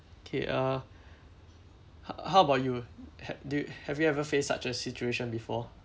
okay uh ho~ how about you have do you have you ever faced such as situation before